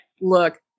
Look